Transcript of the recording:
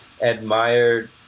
admired